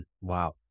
Wow